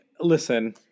listen